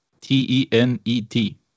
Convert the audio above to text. T-E-N-E-T